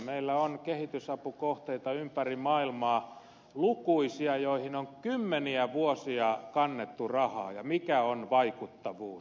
meillä on kehitysapukohteita ympäri maailmaa lukuisia joihin on kymmeniä vuosia kannettu rahaa ja mikä on vaikuttavuus